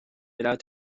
without